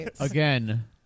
Again